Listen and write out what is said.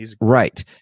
Right